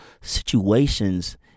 situations